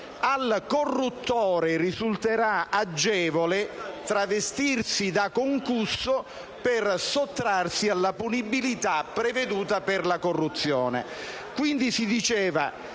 al corruttore risulterà agevole travestirsi da concusso per sottrarsi alla punibilità prevista per la corruzione.